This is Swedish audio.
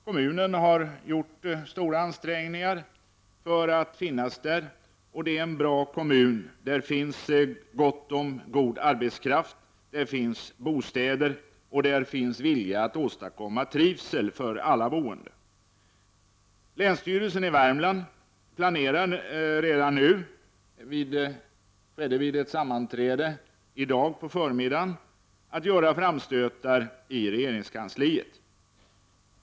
Kommunen har gjort stora ansträngningar för att finnas där. Det är en bra kommun. Där finns gott om god arbetskraft, där finns bostäder, och där finns vilja att åstadkomma trivsel för alla boende. Länsstyrelsen i Värmland planerade nu vid ett sammanträde i dag på förmiddagen att göra framstötar i regeringskansliet.